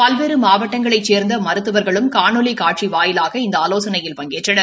பல்வேறு மாவட்டங்களைச் சோந்த மருத்துவர்களும் காணொலி காட்சி வாயிலாக இந்த ஆலோசனையில் பங்கேற்றனர்